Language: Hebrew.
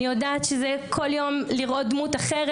אני יודעת שזה כל יום לראות דמות אחרת.